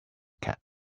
cat